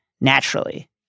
naturally